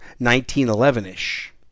1911-ish